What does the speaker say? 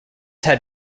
had